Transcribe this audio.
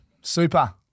Super